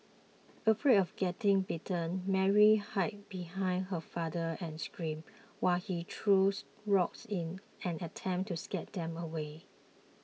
afraid of getting bitten Mary hid behind her father and screamed while he throws rocks in an attempt to scare them away